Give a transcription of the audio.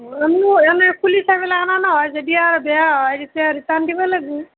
এনেই খুলি চাই পেলাই অনা নহয় যদি আৰু বেয়া হয় তেতিয়া ৰিটাৰ্ণ দিবা লাগব